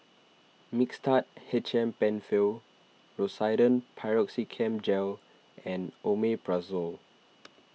Mixtard H M Penfill Rosiden Piroxicam Gel and Omeprazole